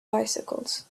bicycles